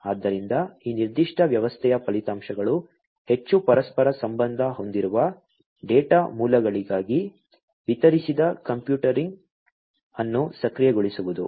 ಆದ್ದರಿಂದ ಈ ನಿರ್ದಿಷ್ಟ ವ್ಯವಸ್ಥೆಯ ಫಲಿತಾಂಶಗಳು ಹೆಚ್ಚು ಪರಸ್ಪರ ಸಂಬಂಧ ಹೊಂದಿರುವ ಡೇಟಾ ಮೂಲಗಳಿಗಾಗಿ ವಿತರಿಸಿದ ಕಂಪ್ಯೂಟಿಂಗ್ ಅನ್ನು ಸಕ್ರಿಯಗೊಳಿಸುವುದು